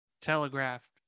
telegraphed